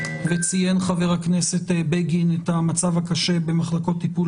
וציין חבר הכנסת בגין את המצב הקשה במחלקות הטיפול